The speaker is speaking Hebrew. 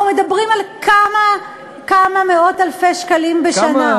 אנחנו מדברים על כמה מאות אלפי שקלים בשנה.